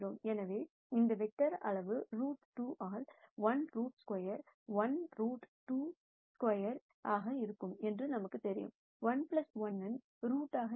எனவே இந்த வெக்டர் அளவு ரூட் 2 ஆல் 1 ரூட் ஸ்கொயர் 1 ரூட் 2 ஹோல்ஸ்கொயர் இருக்கும் என்று நமக்கு தெரியும் 1 1 இன் ரூட் ஆக இருக்கும் அரை அரை half half ரூட் ஆக இருக்கும்